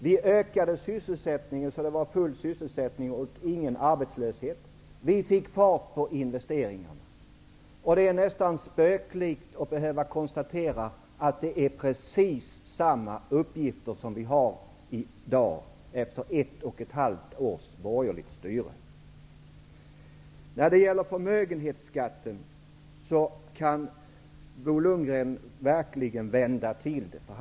Vi ökade sysselsättningen så att vi fick full sysselsättning och ingen arbetslöshet. Vi fick fart på investeringarna. Det är nästan spöklikt att behöva konstatera att det är precis samma uppgifter som vi har i dag -- efter ett och ett halvt års borgerligt styre. När det gäller förmögenhetsskatten kan Bo Lundgren verkligen vända och vrida på begreppen.